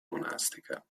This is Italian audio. monastica